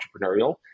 entrepreneurial